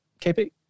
KP